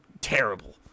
terrible